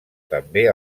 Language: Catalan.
també